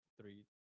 three